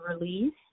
release